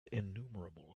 innumerable